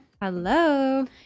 Hello